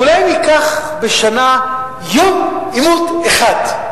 ואולי ניקח בשנה יום עימות אחד,